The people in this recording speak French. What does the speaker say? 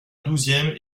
douzième